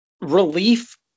Relief